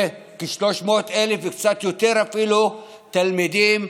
וכ-300,000 תלמידים,